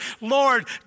Lord